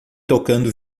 tocando